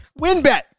WinBet